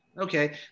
Okay